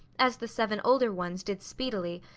as the seven older ones did speedily,